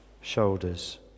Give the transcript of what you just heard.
shoulders